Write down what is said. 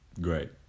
Great